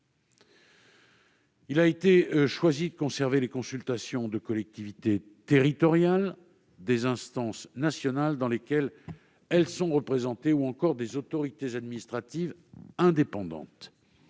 Il a été choisi de conserver les consultations de collectivités territoriales, des instances nationales dans lesquelles elles sont représentées ou encore des autorités administratives indépendantes.